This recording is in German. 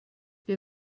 wir